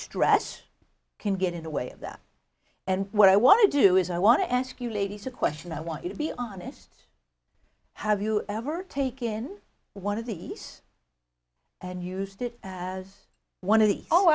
stress can get in the way of that and what i want to do is i want to ask you ladies a question i want you to be honest have you ever taken one of these and used it as one of the oh